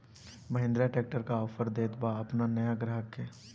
Mahindra tractor का offer देत बा अपना नया ग्राहक के?